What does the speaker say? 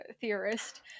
theorist